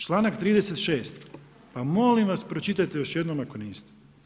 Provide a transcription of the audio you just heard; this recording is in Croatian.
Članak 36. pa molim vas pročitajte još jednom ako niste.